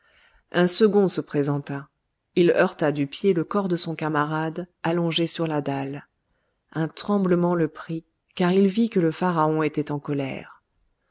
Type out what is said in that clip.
un second se présenta il heurta du pied le corps de son camarade allongé sur la dalle un tremblement le prit car il vit que le pharaon était en colère